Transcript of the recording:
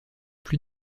plus